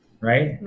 Right